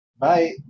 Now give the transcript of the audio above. Bye